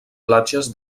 platges